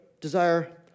desire